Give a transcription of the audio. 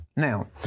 Now